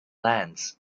lands